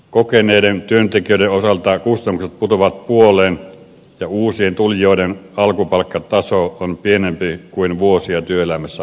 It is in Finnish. kokeneiden työntekijöiden osalta kustannukset putoavat puoleen ja uusien tulijoiden alkupalkkataso on pienempi kuin vuosia työelämässä olleiden